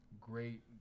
great